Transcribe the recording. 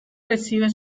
recibe